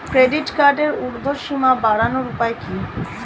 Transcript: Credit কার্ডের উর্ধ্বসীমা বাড়ানোর উপায় কি?